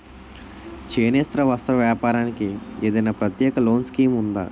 చేనేత వస్త్ర వ్యాపారానికి ఏదైనా ప్రత్యేక లోన్ స్కీం ఉందా?